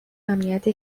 امنیت